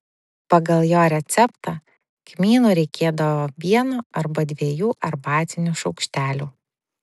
pagal jo receptą kmynų reikėdavo vieno arba dviejų arbatinių šaukštelių